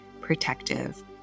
protective